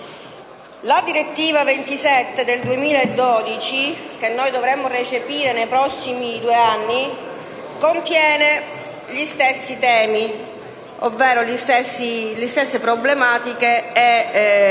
La direttiva n. 27 del 2012, che dovremmo recepire nei prossimi due anni, contiene gli stessi temi, ovvero le stesse problematiche e gli